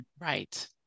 Right